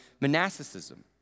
monasticism